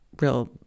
real